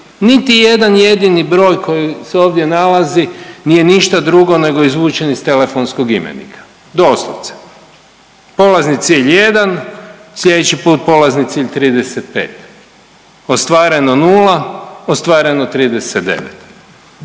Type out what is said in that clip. niti jedan jedini broji koji se ovdje nalazi nije ništa drugo nego izvučen iz telefonskog imenika, doslovce, polazni cilj jedan, slijedeći put polazni cilj 35, ostvareno nula, ostvareno 39.